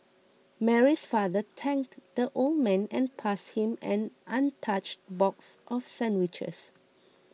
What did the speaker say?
Mary's father thanked the old man and passed him an untouched box of sandwiches